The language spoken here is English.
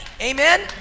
Amen